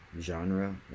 genre